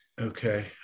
Okay